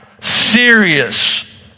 Serious